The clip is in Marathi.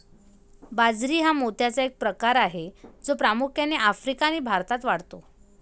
बाजरी हा मोत्याचा एक प्रकार आहे जो प्रामुख्याने आफ्रिका आणि भारतात वाढतो